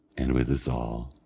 and with us all!